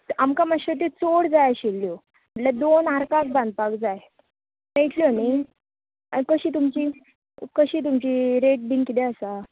आमकां मात्शो त्यो चड जाय आशिल्ल्यो म्हणल्यार दोन आर्काक बांधपाक जाय मेळटल्यो न्ही आनी कशी तुमची कशी तुमची रेट बीन कितें आसा